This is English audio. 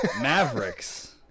Mavericks